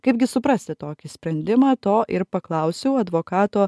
kaip gi suprasti tokį sprendimą to ir paklausiau advokato